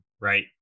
right